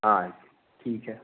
हाँ ठीक है